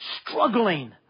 struggling